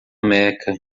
meca